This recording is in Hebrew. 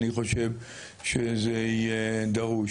אני חושב שזה יהיה דרוש.